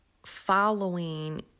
Following